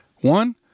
One